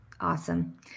Awesome